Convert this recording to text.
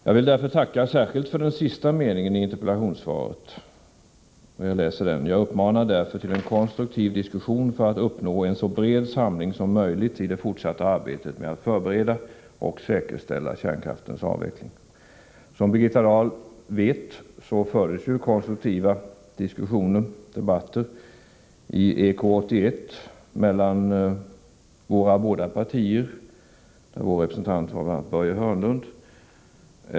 Jag vill därför tacka särskilt för den sista meningen i interpellationssvaret: ”Jag uppmanar därför till en konstruktiv diskussion för att uppnå en så bred samling som möjligt i det fortsatta arbetet med att förbereda och säkerställa kärnkraftens avveckling.” Som Birgitta Dahl vet fördes konstruktiva diskussioner och debatter i EK 81 mellan våra båda partier, där centern representerades av bl.a. Börje Hörnlund.